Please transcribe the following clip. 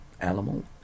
animal